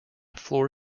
floor